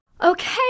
Okay